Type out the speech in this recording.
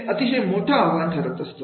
हे अतिशय मोठं आव्हान ठरत असतं